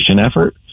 effort